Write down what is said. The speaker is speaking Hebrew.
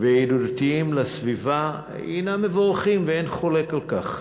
וידידותיים לסביבה הנם מבורכים, ואין חולק על כך.